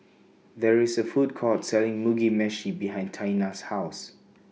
There IS A Food Court Selling Mugi Meshi behind Taina's House